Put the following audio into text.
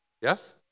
Yes